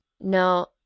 No